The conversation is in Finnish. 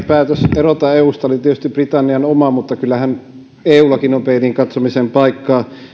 päätös erota eusta oli tietysti britannian oma mutta kyllähän eullakin on peiliin katsomisen paikka